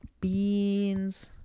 beans